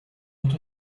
lot